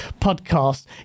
podcast